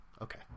Okay